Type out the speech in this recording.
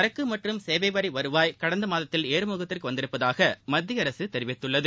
சரக்கு மற்றும் சேவைவரி வருவாய் கடந்த மாதத்தில் ஏறுமுகத்திற்கு வந்துள்ளதாக மத்திய அரசு தெரிவித்துள்ளது